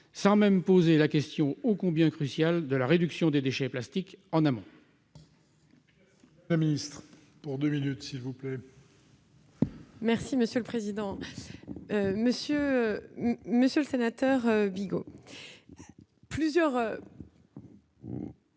sans même poser la question ô combien crucial de la réduction des déchets plastiques en amont.